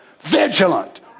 Vigilant